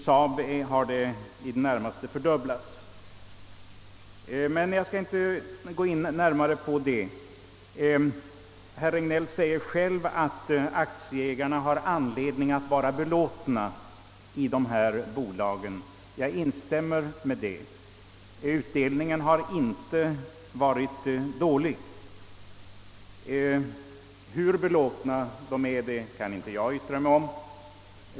Jag skall inte närmare gå in på dessa förhållanden, men jag kan eventuellt återkomma till dem. Herr Regnéll anför själv att aktieägarna i de nämnda bolagen har anledning att vara belåtna. Jag instämmer i detta konstaterande; utdelningen till dem har inte varit dålig. Men hur belåtna de är kan jag inte yttra mig om.